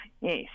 Yes